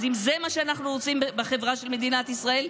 אז אם זה מה שאנחנו רוצים בחברה של מדינת ישראל,